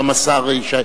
גם השר ישי.